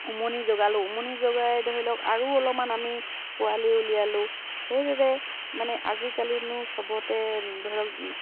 উমনি জগালো উমনি জগাই ধৰি লওক আৰু অলপমান আমি পোৱালি উলিয়ালো সেইদৰে মানে আজিকালিনো চবতে ধৰি লওক